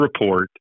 report